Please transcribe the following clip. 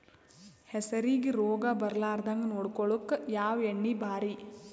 ಹೆಸರಿಗಿ ರೋಗ ಬರಲಾರದಂಗ ನೊಡಕೊಳುಕ ಯಾವ ಎಣ್ಣಿ ಭಾರಿ?